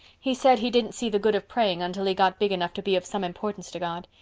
he said he didn't see the good of praying until he got big enough to be of some importance to god.